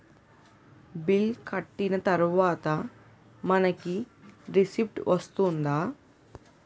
Bill కట్టిన తర్వాత మనకి రిసీప్ట్ వస్తుందా?